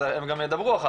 הם גם ידברו אחר כך.